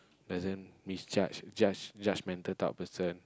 doesn't misjudge judge judge mental type of person